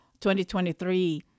2023